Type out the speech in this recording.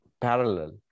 parallel